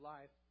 Life